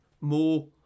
more